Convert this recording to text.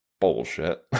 bullshit